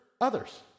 others